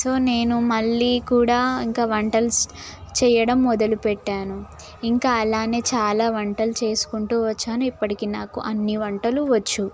so నేను మళ్ళీ కూడా ఇంకా వంటలు చేయడం మొదలుపెట్టాను ఇంకా అలాగే చాలా వంటలు చేసుకుంటు వచ్చాను ఇప్పటికి నాకు అన్నీ వంటలు వచ్చు